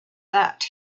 that